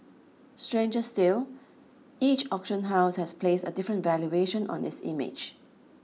stranger still each auction house has placed a different valuation on its image